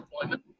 deployment